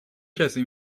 کسی